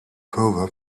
proverb